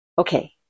Okay